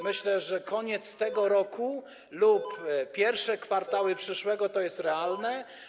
Myślę, że pod koniec tego roku lub w pierwszym kwartale przyszłego to jest realne.